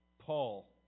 Paul